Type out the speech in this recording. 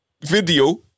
video